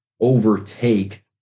overtake